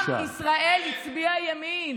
עם ישראל הצביע ימין.